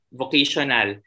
vocational